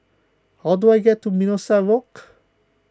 how do I get to Mimosa Walk